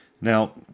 now